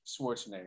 Schwarzenegger